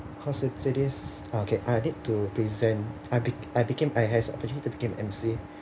how to say this uh I I need to present I be~ I became I has opportunity to became emcee